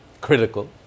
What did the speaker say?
critical